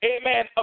Amen